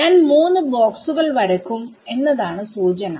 ഞാൻ 3 ബോക്സുകൾ വരക്കും എന്നതാണ് സൂചന